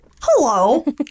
Hello